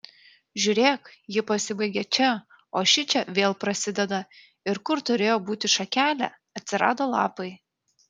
žiūrėk ji pasibaigia čia o šičia vėl prasideda ir kur turėjo būti šakelė atsirado lapai